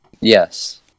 Yes